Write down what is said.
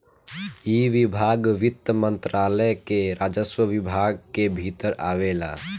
इ विभाग वित्त मंत्रालय के राजस्व विभाग के भीतर आवेला